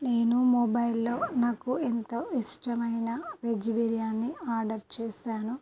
నేను మొబైల్లో నాకు ఎంతో ఇష్టమైన వెజ్ బిర్యానీ ఆర్డర్ చేసాను